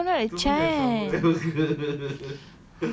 no not a chance